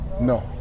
No